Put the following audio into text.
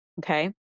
Okay